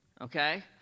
Okay